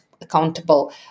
accountable